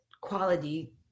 quality